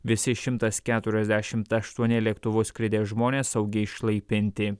visi šimtas keturiasdešimt aštuoni lėktuvu skridę žmonės saugiai išlaipinti